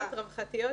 פעילויות רווחתיות,